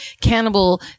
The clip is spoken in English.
cannibal